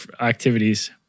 activities